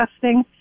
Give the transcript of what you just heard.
testing